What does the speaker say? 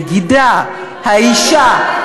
הנגידה, האישה.